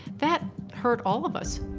that hurt all of us.